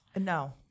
No